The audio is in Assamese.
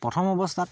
প্ৰথম অৱস্থাত